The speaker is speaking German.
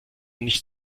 nicht